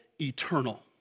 eternal